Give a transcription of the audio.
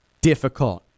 difficult